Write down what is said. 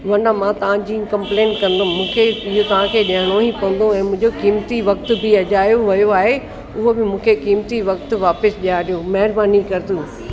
वरना मां तव्हांजी कंप्लेन कंदमि मूंखे इहो तव्हांखे ॾियणो ई पवंदो ऐं मुंहिंजो क़ीमती वक्त बि अजायो वियो आहे उहो बि मूंखे क़ीमती वक़्तु वापसि ॾियारियो महिरबानी कर तूं